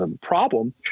problem